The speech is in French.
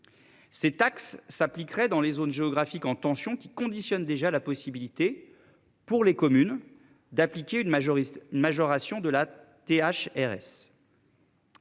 Cette taxe s'appliquerait dans les zones géographiques en tension qui conditionne déjà la possibilité pour les communes d'appliquer une majorité majoration de la TH RS.